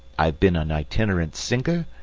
i've been an itinerant singer,